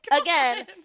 again